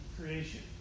creation